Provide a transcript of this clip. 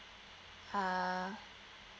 ah